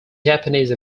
japanese